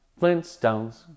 Flintstones